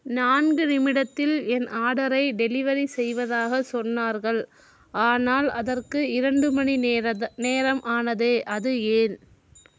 நான்கு நிமிடத்தில் என் ஆர்டரை டெலிவெரி செய்வதாகச் சொன்னார்கள் ஆனால் அதற்கு இரண்டு மணி நேரம் ஆனதே அது ஏன்